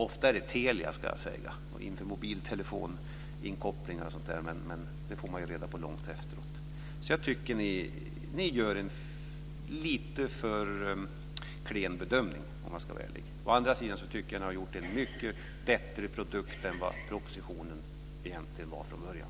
Ofta är det Telia angående mobiltelefoninkopplingar, men det får man ju veta långt efteråt. Jag tycker att ni gör en för klen bedömning. Å andra sidan tycker jag att ni har gjort en mycket bättre produkt än vad propositionen var från början.